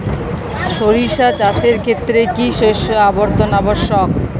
সরিষা চাষের ক্ষেত্রে কি শস্য আবর্তন আবশ্যক?